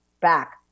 back